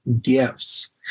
gifts